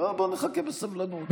נחכה בסבלנות.